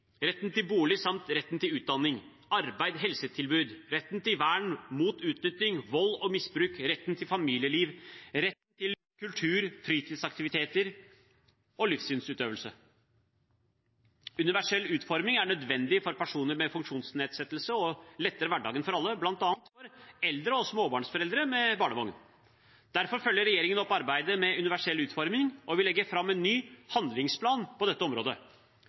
retten til bolig samt retten til utdanning, arbeid, helsetilbud, retten til vern mot utnytting, vold og misbruk, retten til familieliv, rett til kultur, fritidsaktiviteter og livssynsutøvelse. Universell utforming er nødvendig for personer med funksjonsnedsettelse og letter hverdagen for alle, bl.a. for eldre og småbarnsforeldre med barnevogn. Derfor følger regjeringen opp arbeidet med universell utforming, og vi legger fram en ny handlingsplan på dette området.